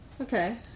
Okay